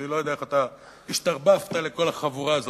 אני לא יודע איך אתה השתרבבת לכל החבורה הזאת.